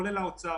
כולל משרד האוצר,